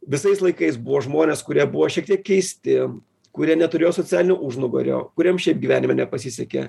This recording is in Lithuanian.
visais laikais buvo žmonės kurie buvo šiek tiek keisti kurie neturėjo socialinio užnugario kuriem šiaip gyvenime nepasisekė